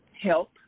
help